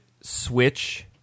switch